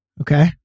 Okay